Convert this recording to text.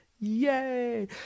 Yay